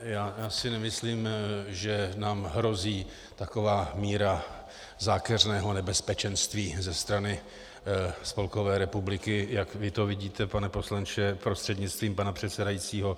Já si nemyslím, že nám hrozí taková míra zákeřného nebezpečenství ze strany Spolkové republiky, jak vy to vidíte, pane poslanče prostřednictvím pana předsedajícího.